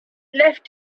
left